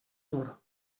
dur